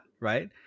Right